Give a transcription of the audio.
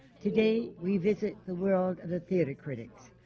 today we visit the world of the theatre critics.